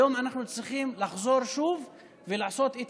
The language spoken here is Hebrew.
היום אנחנו צריכים לחזור שוב ולעשות את